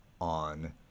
on